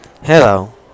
Hello